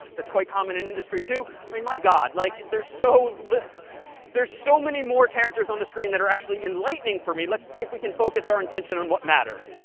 that's quite common in industry too i mean, my god. like there's so there's so many more characters on the screen that are actually enlightening for me. let's see if we can focus our attention on what matters.